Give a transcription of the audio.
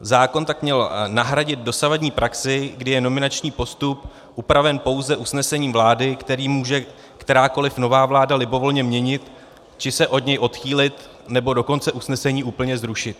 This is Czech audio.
Zákon tak měl nahradit dosavadní praxi, kdy je nominační postup upraven pouze usnesením vlády, které může kterákoli nová vláda libovolně měnit, či se od něj odchýlit, nebo dokonce usnesení úplně zrušit.